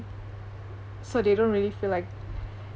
so they don't really feel like